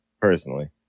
personally